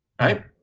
right